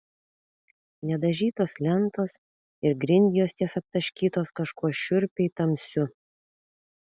nedažytos lentos ir grindjuostės aptaškytos kažkuo šiurpiai tamsiu